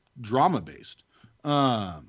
drama-based